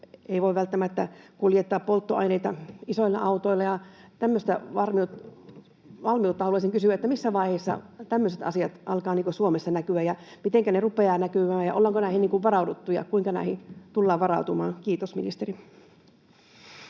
ei voi välttämättä kuljettaa polttoaineita isoilla autoilla. Tämmöisestä valmiudesta haluaisin kysyä: missä vaiheessa tämmöiset asiat alkavat Suomessa näkyä ja mitenkä ne rupeavat näkymään, ja ollaanko näihin varauduttu ja kuinka näihin tullaan varautumaan? — Kiitos, ministeri.